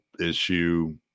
issue